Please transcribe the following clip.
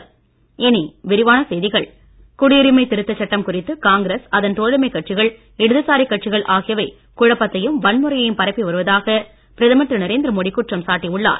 மோடி குடியுரிமை திருத்த சட்டம் குறித்து காங்கிரஸ் அதன் தோழமைக் இடதுசாரி கட்சிகள் ஆகியவை குழப்பத்தையும் கட்சிகள் வன்முறையையும் பரப்பி வருவதாக பிரதமர் திரு நரேந்திரமோடி குற்றம் சாட்டி உள்ளார்